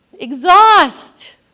exhaust